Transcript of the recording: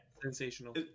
Sensational